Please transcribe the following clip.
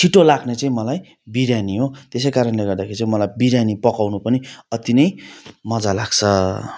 छिटो लाग्ने चाहिँ मलाई बिर्यानी हो त्यसै कारणले गर्दाखेरि चाहिँ मलाई बिर्यानी पकाउनु पनि अति नै मजा लाग्छ